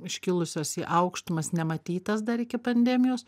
iškilusios į aukštumas nematytas dar iki pandemijos